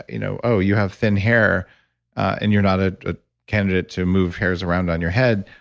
you know you have thin hair and you're not ah a candidate to move hairs around on your head,